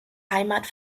heimat